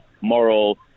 moral